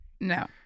No